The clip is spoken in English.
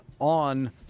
on